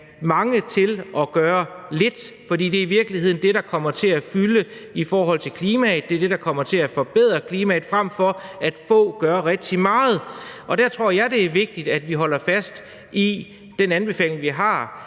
mange til at gøre lidt, for det er i virkeligheden det, der kommer til at fylde i forhold til klimaet. Det er det, der kommer til at forbedre klimaet, frem for at få gør rigtig meget. Der tror jeg, det er vigtigt, at vi holder fast i den anbefaling, vi har